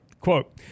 Quote